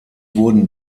wurden